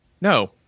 no